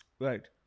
right